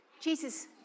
Jesus